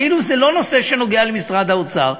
כאילו זה לא נושא שנוגע למשרד האוצר.